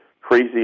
crazy